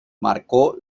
marcó